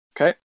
okay